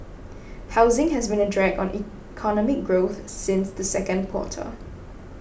housing has been a drag on economic growth since the second quarter